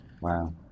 Wow